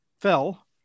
fell